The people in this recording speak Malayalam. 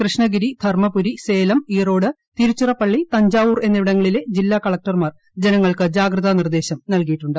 കൃഷ്ണഗിരി ധർമ്മപുരി സേലം ഈറോഡ് തിരുച്ചിറപ്പള്ളി തഞ്ചാവൂർ എന്നിവിടങ്ങളിലെ ജില്ലാ കളക്ടർമാർ ജനങ്ങൾക്ക് ജാഗ്രത നിർദ്ദേശം നൽകിയിട്ടുണ്ട്